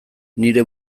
nire